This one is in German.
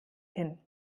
hin